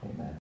Amen